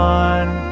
one